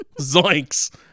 zoinks